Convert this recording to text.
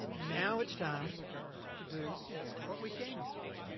and now it's time to do what we came here for,